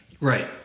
right